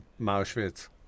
Mauschwitz